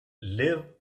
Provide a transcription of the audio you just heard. live